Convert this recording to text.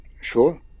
Sure